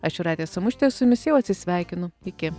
aš jūratė samušytė su jumis jau atsisveikinu iki